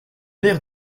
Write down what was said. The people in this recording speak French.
l’air